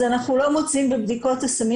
אז אנחנו לא מוצאים בבדיקות הסמים